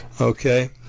Okay